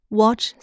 ,watch